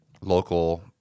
local